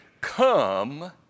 Come